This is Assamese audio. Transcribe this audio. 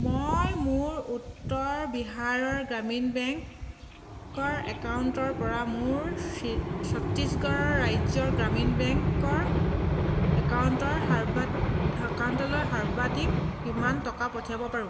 মই মোৰ উত্তৰ বিহাৰৰ গ্ৰামীণ বেংকৰ একাউণ্টৰ পৰা মোৰ চি ছত্তিশগড় ৰাজ্যৰ গ্ৰামীণ বেংকৰ একাউন্টৰ সব একাউণ্টলৈ সৰ্বাধিক কিমান টকা পঠিয়াব পাৰো